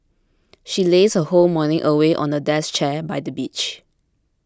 she lazed her whole morning away on a deck chair by the beach